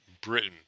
Britain